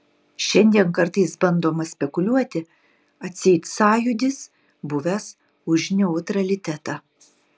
šiandien kartais bandoma spekuliuoti atseit sąjūdis buvęs už neutralitetą